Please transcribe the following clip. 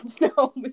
No